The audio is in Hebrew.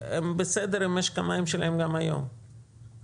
הם בסדר עם משק המים שלהם גם היום, רובם.